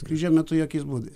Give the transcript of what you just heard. skrydžio metu jokiais būdais